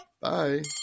Bye